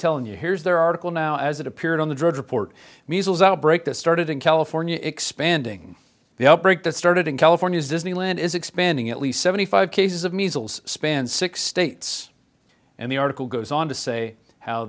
telling you here's their article now as it appeared on the drudge report measles outbreak that started in california expanding the outbreak that started in california's disneyland is expanding at least seventy five cases of measles spanned six states and the article goes on to say how